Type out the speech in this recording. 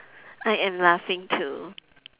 I am laughing too